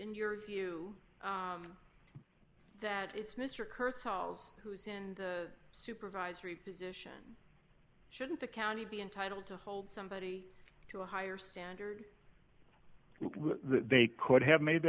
in your view that it's mr kurtz who is in the supervisory position shouldn't the county be entitled to hold somebody to a higher standard they could have made